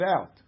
out